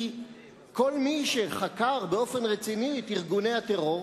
כי כל מי שחקר באופן רציני את ארגוני הטרור,